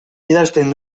idazten